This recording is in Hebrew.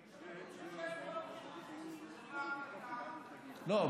לדחות בשעה, לא.